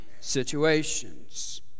situations